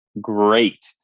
great